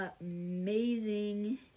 amazing